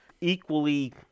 equally